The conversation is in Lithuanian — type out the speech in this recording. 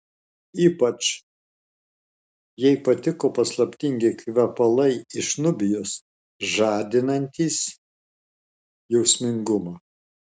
ypač jai patiko paslaptingi kvepalai iš nubijos žadinantys jausmingumą